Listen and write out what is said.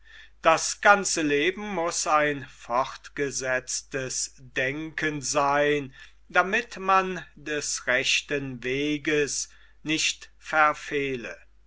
das ganze leben muß ein fortgesetztes denken seyn damit man des rechten weges nicht verfehle